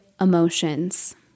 emotions